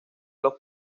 los